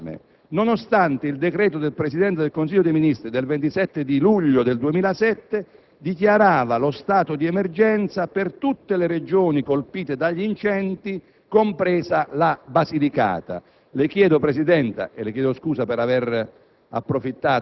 dalle fiamme, nonostante un decreto del Presidente del Consiglio dei ministri in data 27 luglio 2007 dichiarasse lo stato di emergenza per tutte le Regioni colpite dagli incendi, compresa la Basilicata. Signor Presidente, scusandomi per aver